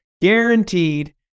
guaranteed